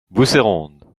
bousséronde